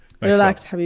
relax